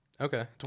okay